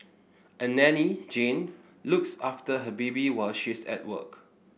a nanny Jane looks after her baby while she's at work